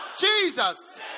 Jesus